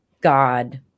God